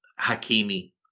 Hakimi